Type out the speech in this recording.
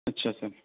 اچھا سر